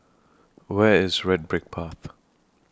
Where IS Red Brick Path